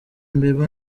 bieber